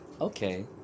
Okay